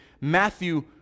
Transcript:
Matthew